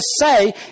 say